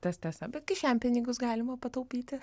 tas tiesa bet kišenpinigius galima pataupyti